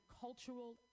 cultural